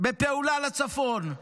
בפעולה לצפון?